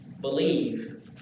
believe